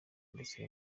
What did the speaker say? ndetse